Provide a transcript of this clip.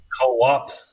Co-op